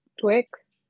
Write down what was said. twix